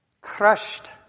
crushed